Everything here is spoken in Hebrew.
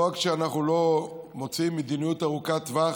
לא רק שאנחנו לא מוצאים מדיניות ארוכת טווח,